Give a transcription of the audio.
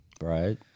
Right